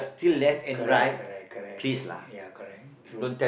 correct correct correct ya correct true